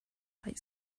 tight